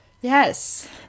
Yes